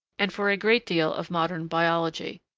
and for a great deal of modern biology.